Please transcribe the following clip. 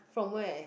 from where